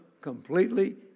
Completely